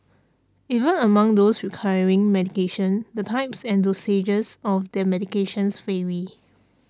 even among those requiring medication the types and dosages of their medications vary